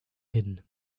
hidden